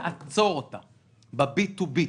ולעצור אותן ב"בי-טו-ביט".